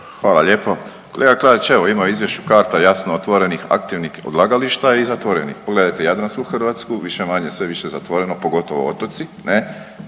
Hvala lijepo. Kolega Klarić, evo ima u izvješću karta jasno otvorenih aktivnih odlagališta i zatvorenih, pogledajte jadransku Hrvatsku, više-manje sve više zatvoreno, pogotovo otoci